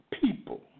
people